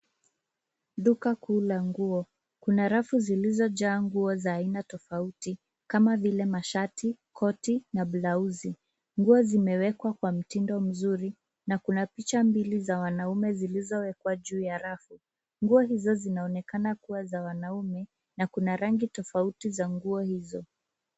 Duka kuu la nguo. Kuna rafu zilizojaa nguo za aina tofauti kama vile mashati, koti na blauzi. Nguo zimewekwa kwa mtindo mzuri na kuna picha mbili za wanaume zilizowekwa juu ya rafu. Nguo hizo zinaonekana kuwa za wanaume na kuna rangi tofauti za nguo hizo.